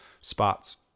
spots